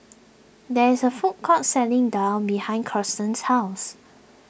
there is a food court selling Daal behind Kirsten's house